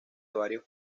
varios